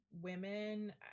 women